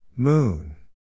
Moon